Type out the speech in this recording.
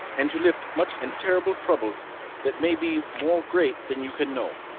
and to lift much and terrible troubles that may be more great than you can know.